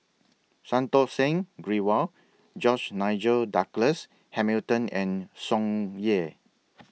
Santokh Singh Grewal George Nigel Douglas Hamilton and Tsung Yeh